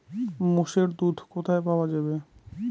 মোষের দুধ কোথায় পাওয়া যাবে?